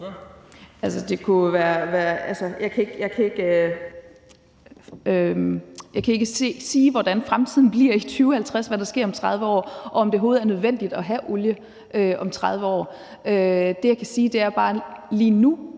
Kl. 10:38 Marie Bjerre (V): Altså, jeg kan ikke sige, hvordan fremtiden bliver i 2050, altså hvad der sker om 30 år, og om det overhovedet er nødvendigt at have olie om 30 år. Det, jeg kan sige, er bare, at lige nu